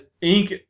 Ink